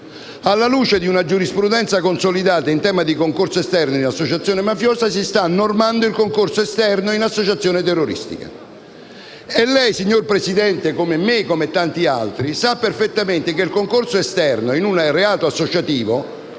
Alla luce di una giurisprudenza consolidata in tema di concorso esterno in associazione mafiosa, si sta disciplinando il concorso esterno in associazione terroristica. Lei, signor Presidente (come me e come tanti altri), sa perfettamente che il concorso esterno in un reato associativo